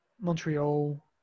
Montreal